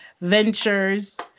ventures